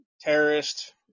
terrorist